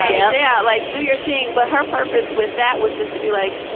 yeah. like do your thing. but her purpose with that was just to be like,